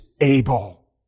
able